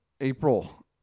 April